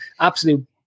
Absolute